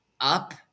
up